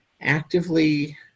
actively